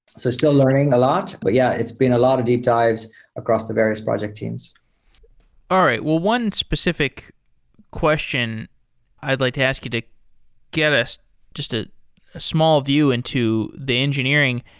so still learning a lot, but yeah, it's been a lot of deep dives across the various project teams all right. well, one specific question i'd like to ask you to get us just a small view into the engineering.